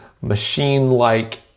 machine-like